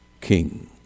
king